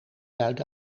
zuid